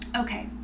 Okay